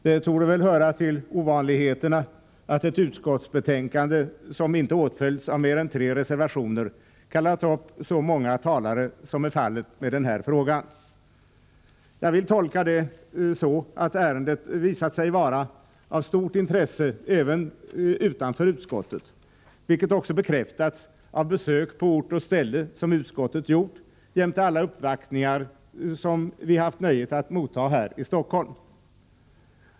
Herr talman! Det torde höra till ovanligheterna att ett utskottsbetänkande sominte åtföljts av mer än tre reservationer kallar upp så många talaré som är fallet med denna fråga. Jag vill tolka det så, att ärendet visat sig vara av stort intresse även utanför utskottet, vilket också bekräftats av de besök på ort och ställe som utskottet gjort jämte alla de uppvaktningar som vi haft nöjet att ta emot här i Stockholm.